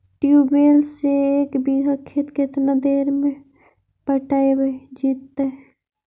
Tubewell से एक बिघा खेत केतना देर में पटैबए जितै?